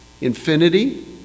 infinity